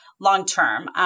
long-term